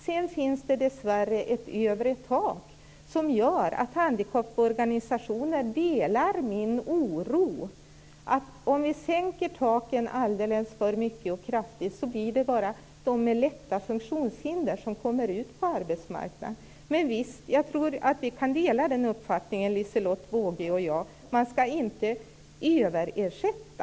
Sedan finns det dessvärre ett övre tak. Handikapporganisationer delar min oro för att det bara blir de med lätta funktionshinder som kommer ut på arbetsmarknaden om vi sänker taken alldeles för mycket och kraftigt. Men visst, jag tror att Liselotte Wågö och jag kan dela uppfattningen att man inte skall överersätta.